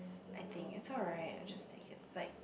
I think it's alright I just take it like